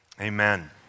Amen